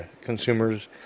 consumers